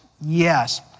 yes